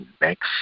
next